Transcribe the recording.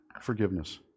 forgiveness